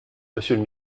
monsieur